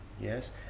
yes